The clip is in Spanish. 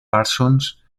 parsons